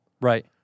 Right